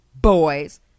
boys